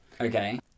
Okay